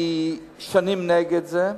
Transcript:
אני שנים נגד זה,